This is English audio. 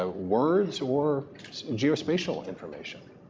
ah words or geospatial information.